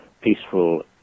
peaceful